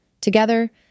Together